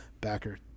backer